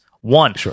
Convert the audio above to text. One